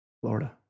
Florida